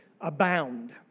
abound